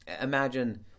Imagine